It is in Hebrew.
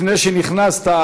לפני שנכנסת,